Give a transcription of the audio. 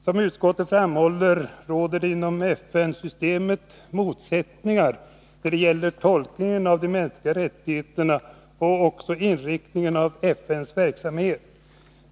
Som utskottet framhåller råder det inom FN-systemet motsättningar när det gäller tolkningen av de mänskliga rättigheterna och också inriktningen av FN:s verksamhet.